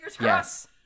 yes